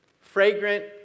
fragrant